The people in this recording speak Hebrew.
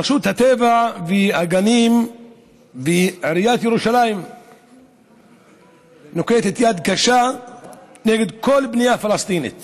רשות הטבע והגנים ועיריית ירושלים נוקטות יד קשה נגד כל בנייה פלסטינית